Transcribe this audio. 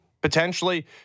potentially